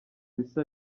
bisa